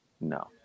no